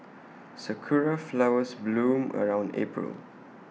Sakura Flowers bloom around April